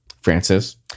Francis